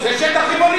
זה שטח ריבוני